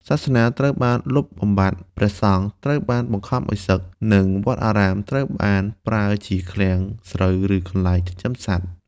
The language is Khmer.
សាសនាត្រូវបានលុបបំបាត់ ព្រះសង្ឃត្រូវបានបង្ខំឱ្យសឹក និងវត្តអារាមត្រូវបានប្រើជាឃ្លាំងស្រូវ ឬកន្លែងចិញ្ចឹមសត្វ។